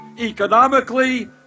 economically